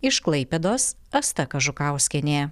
iš klaipėdos asta kažukauskienė